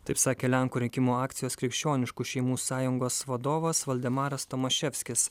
taip sakė lenkų rinkimų akcijos krikščioniškų šeimų sąjungos vadovas valdemaras tomaševskis